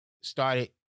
started